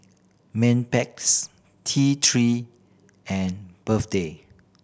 Mepilex T Three and